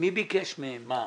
מי ביקש מהם את